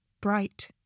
bright